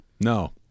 No